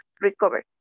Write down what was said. recover